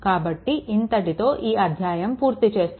కాబట్టి ఇంతటితో ఈ అధ్యాయం పూర్తి చేస్తాను